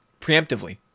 preemptively